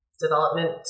development